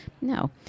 no